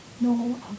no